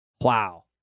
Wow